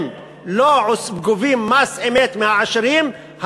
אם לא גובים מס אמת מהעשירים,